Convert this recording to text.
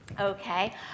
okay